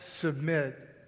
submit